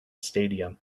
stadium